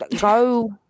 go